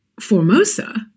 Formosa